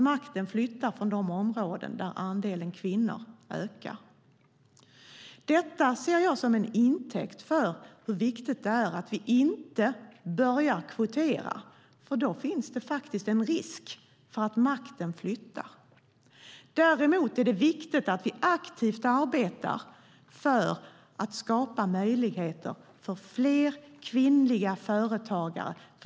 Makten flyttar från de områden där andelen kvinnor ökar. Detta ser jag som en intäkt för hur viktigt det är att vi inte börjar kvotera. Då finns det nämligen en risk att makten flyttar. Däremot är det viktigt att vi aktivt arbetar för att skapa möjligheter för fler kvinnliga företagare.